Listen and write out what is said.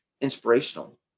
inspirational